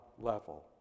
level